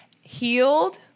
healed